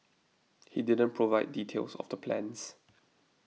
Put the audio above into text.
he didn't provide details of the plans